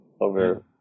over